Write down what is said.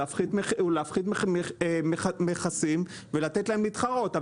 זה פלסטר כי הדבר הנכון הוא להפחית מכסים ולתת להם להתחרות.